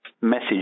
message